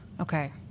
Okay